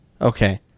Okay